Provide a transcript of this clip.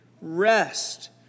Rest